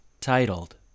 titled